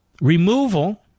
Removal